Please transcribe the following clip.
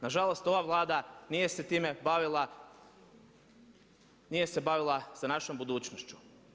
Nažalost ova Vlada nije se time bavila, nije se bavila sa našom budućnošću.